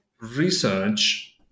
research